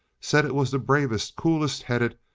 said it was the bravest, coolest-headed,